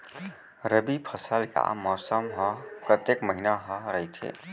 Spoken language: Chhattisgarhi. रबि फसल या मौसम हा कतेक महिना हा रहिथे?